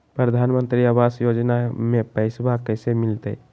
प्रधानमंत्री आवास योजना में पैसबा कैसे मिलते?